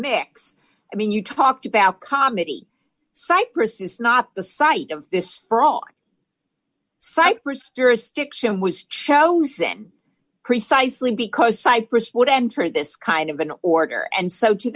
mix i mean you talked about comedy cyprus is not the site of this sprawling cyprus jurisdiction was chosen precisely because cyprus would enter this kind of an order and so to